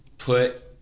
Put